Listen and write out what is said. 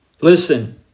Listen